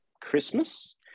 Christmas